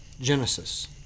Genesis